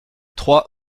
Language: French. trois